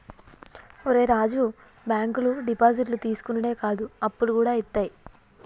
ఒరే రాజూ, బాంకులు డిపాజిట్లు తీసుకునుడే కాదు, అప్పులుగూడ ఇత్తయి